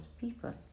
people